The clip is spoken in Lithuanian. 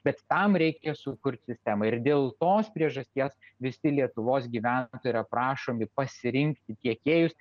bet tam reikia sukurt sistemą ir dėl tos priežasties visi lietuvos gyventojai yra prašomi pasirinkti tiekėjus